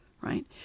right